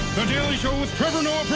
the daily show with trevor